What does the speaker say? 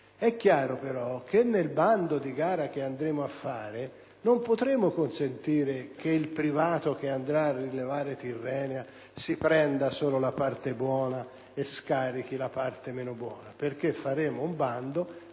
È chiaro però che nel bando di gara che andremo a fare non potremo consentire che il privato che andrà a rilevare Tirrenia si prenda solo la parte buona e scarichi la parte meno buona, perché faremo un bando dove